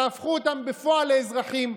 תהפכו אותם בפועל לאזרחים.